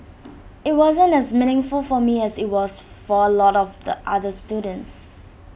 IT wasn't as meaningful for me as IT was for A lot of the other students